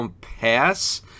pass